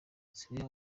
zimwe